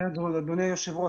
אדוני היושב-ראש,